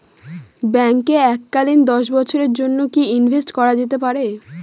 ব্যাঙ্কে এককালীন দশ বছরের জন্য কি ইনভেস্ট করা যেতে পারে?